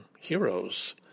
heroes